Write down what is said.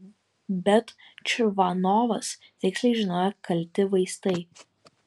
bet čvanovas tiksliai žinojo kalti vaistai